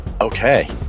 Okay